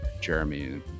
Jeremy